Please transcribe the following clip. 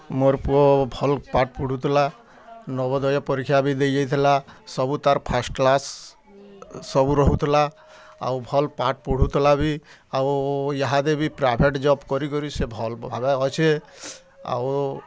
ମୋର୍ ପୁଅ ଭଲ୍ ପାଠ୍ ପଢ଼ୁଥଲା ନବୋଦୟ ପରୀକ୍ଷା ବି ଦେଇଯାଇଥିଲା ସବୁ ତାର୍ ଫାଷ୍ଟ୍ କ୍ଳାସ୍ ସବୁ ରହୁଥଲା ଆଉ ଭଲ୍ ପାଠ୍ ପଢ଼ୁଥଲା ବି ଆଉ ଇହାଦେ ବି ପ୍ରାଇଭେଟ୍ ଜବ୍ କରିକରି ସେ ଭଲ୍ ଭାବେ ଅଛେ ଆଉ